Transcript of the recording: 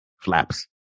Flaps